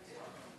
לא יודע.